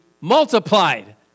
multiplied